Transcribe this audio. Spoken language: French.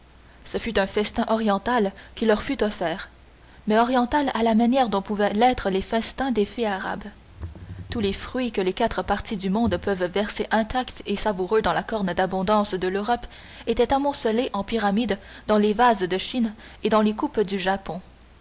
ce fut un festin oriental qui leur fut offert mais oriental à la manière dont pouvaient l'être les festins des fées arabes tous les fruits que les quatre parties du monde peuvent verser intacts et savoureux dans la corne d'abondance de l'europe étaient amoncelés en pyramides dans les vases de chine et dans les coupes du japon